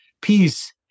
Peace